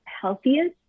healthiest